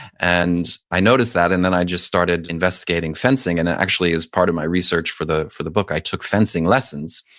and i noticed that. and then i just started investigating fencing. and it actually is part of my research for the for the book. i took fencing lessons.